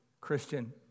Christian